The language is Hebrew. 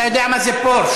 אתה יודע מה זה פורשה?